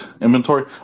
inventory